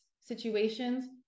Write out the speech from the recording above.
situations